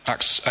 Acts